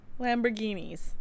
Lamborghinis